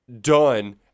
done